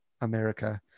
America